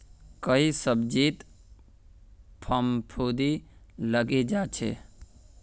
कई सब्जित फफूंदी लगे जा छे